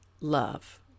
love